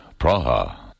Praha